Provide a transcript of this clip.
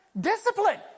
Discipline